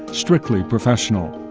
strictly professional.